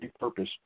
repurposed